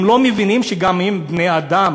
הם לא מבינים שגם הם בני-אדם?